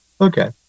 Okay